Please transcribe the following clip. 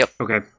Okay